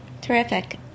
Terrific